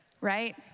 right